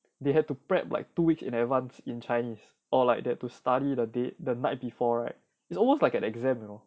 they had to prep like two weeks in advance in chinese or like that to study the date the night before right it's almost like an exam you know